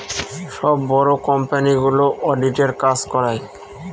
সব বড়ো কোম্পানিগুলো অডিটের কাজ করায়